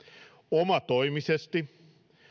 omatoimisesti